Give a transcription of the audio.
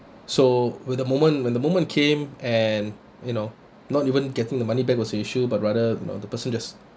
so when the moment when the moment came and you know not even getting the money back was the issue but rather you know the person just